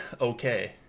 okay